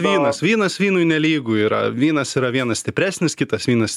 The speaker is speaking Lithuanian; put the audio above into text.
vynas vynas vynui nelygu yra vynas yra vienas stipresnis kitas vynas